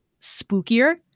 spookier